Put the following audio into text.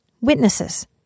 witnesses